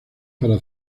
para